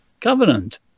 covenant